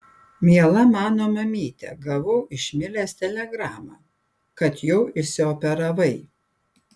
miela mano mamyte gavau iš milės telegramą kad jau išsioperavai